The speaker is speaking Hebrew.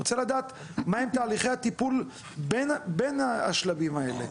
אני רוצה לדעת מהם תהליכי הטיפול בין השלבים האלה.